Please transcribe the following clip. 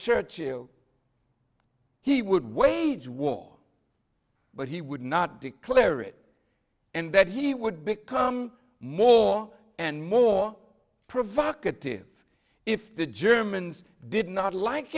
churchill he would wage war but he would not declare it and that he would become more and more provocative if the germans did not like